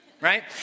right